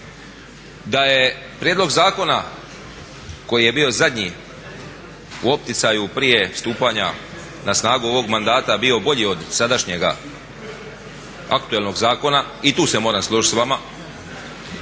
da je prijedlog zakona koji je bio zadnji u opticaju prije stupanja na snagu ovog mandata bio bolji od sadašnjega aktualnog zakona i tu se moram složiti s vama.